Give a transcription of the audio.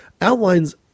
outlines